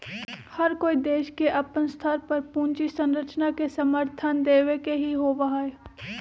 हर कोई देश के अपन स्तर पर पूंजी संरचना के समर्थन देवे के ही होबा हई